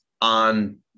on